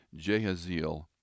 Jehaziel